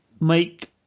make